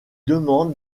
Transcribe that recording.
demande